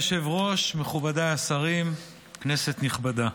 אדוני היושב-ראש, מכובדיי השרים, כנסת נכבדה,